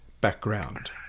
background